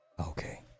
Okay